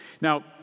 Now